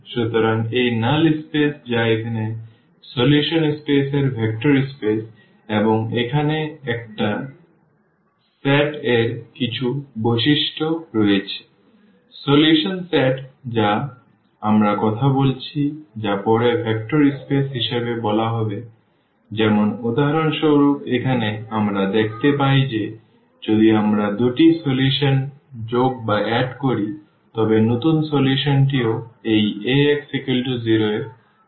সুতরাং এই null space যা এখানে সমাধান স্পেস একটি ভেক্টর স্পেস এবং এখানে একটি সেট এর কিছু বৈশিষ্ট্য রয়েছে সমাধান সেট যা আমরা কথা বলছি যা পরে ভেক্টর স্পেস হিসাবে বলা হবে যেমন উদাহরণস্বরূপ এখানে আমরা দেখতে পাই যে যদি আমরা দুটি সমাধান যোগ করি তবে নতুন সমাধানটিও এই Ax0 এর সমাধান হবে